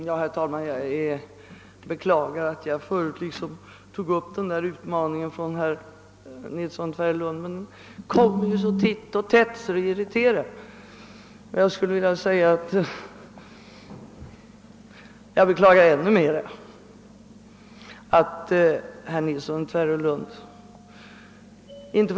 Herr talman! Jag beklagar att jag tog upp herr Nilssons i Tvärålund utmaningar, men de kom ju så titt och tätt att det irriterade.